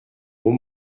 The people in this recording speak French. aux